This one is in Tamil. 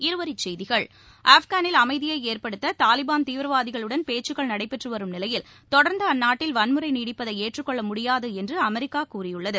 இருவரிசெய்திகள் ஆப்கானில் அமைதியைஏற்படுத்ததாலிபான் தீவிரவாதிகளுடன் பேச்சுக்கள் நடைபெற்றுவரும் நிலையில் தொடர்ந்துஅந்நாட்டில் வன்முறைநீடிப்பதைஏற்றுக்கொள்ளமுடியாதுஎன்றுஅமெரிக்காகூறியுள்ளது